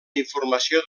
informació